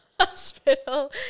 hospital